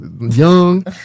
Young